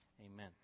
Amen